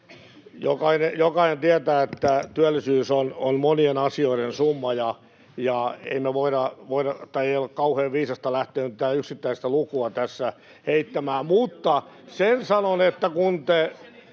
Jokainen tietää, että työllisyys on monien asioiden summa, ja ei ole kauhean viisasta lähteä nyt mitään yksittäistä lukua tässä heittämään. [Välihuutoja — Timo